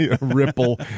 ripple